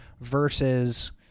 versus